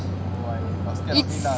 it's